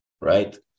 right